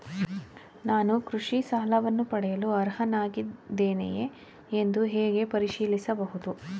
ನಾನು ಕೃಷಿ ಸಾಲವನ್ನು ಪಡೆಯಲು ಅರ್ಹನಾಗಿದ್ದೇನೆಯೇ ಎಂದು ಹೇಗೆ ಪರಿಶೀಲಿಸಬಹುದು?